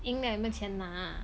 赢了有没有钱拿